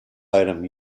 item